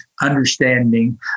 understanding